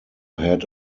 had